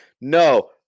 No